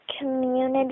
community